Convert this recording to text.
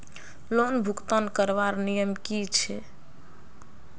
Loan भुगतान करवार नियम की छे?